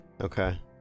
Okay